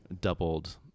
doubled